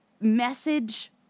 message